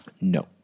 No